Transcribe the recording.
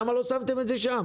למה לא שמתם את זה שם?